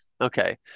Okay